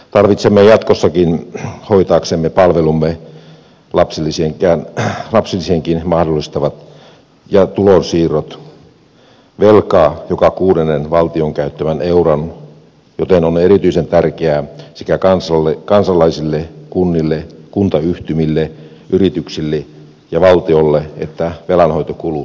tarvitsemme jatkossakin hoitaaksemme lapsilisienkin mahdollistamat palvelumme ja tulonsiirrot velkaa joka kuudennen valtion käyttämän euron joten on erityisen tärkeää kansalaisille kunnille kuntayhtymille yrityksille ja valtiolle että velanhoitokulut eivät kasva